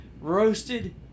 roasted